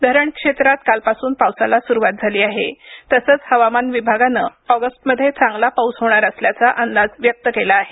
धरणक्षेत्रात कालपासून पावसाला सुरुवात झाली आहे तसंच हवामान विभागानं ऑगस्टमध्ये चांगला पाऊस होणार असल्याचा अंदाज व्यक्त केला आहे